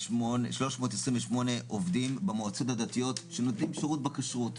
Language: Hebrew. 328 עובדים במועצות הדתיות שנותנים שרות בכשרות.